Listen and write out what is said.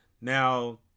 Now